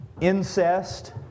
incest